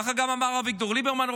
ככה גם אמר אביגדור ליברמן,